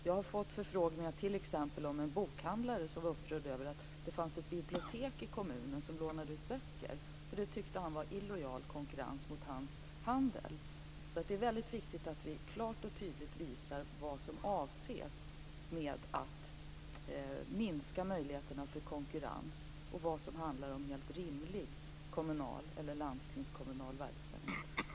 Jag har fått förfrågningar, en bokhandlare var t.ex. upprörd över att det fanns ett bibliotek i kommunen som lånade ut böcker. Det tyckte han var illojal konkurrens mot hans handel. Det är väldigt viktigt att vi klart och tydligt visar vad som avses med att minska möjligheterna till konkurrens och vad som handlar om helt rimlig kommunal eller landstingskommunal verksamhet.